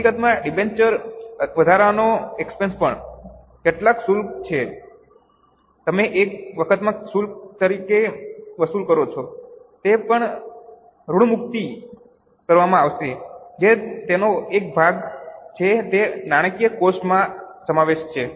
હકીકતમાં ડિબેન્ચર વધારવાનો એક્સપેન્સ પણ કેટલાક શુલ્ક જે તમે એક વખતના શુલ્ક તરીકે વસૂલ કરો છો તે પણ ઋણમુક્તિ કરવામાં આવશે જે તેનો એક ભાગ છે તે નાણાંકીય કોસ્ટ માં સમાવવામાં આવશે